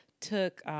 took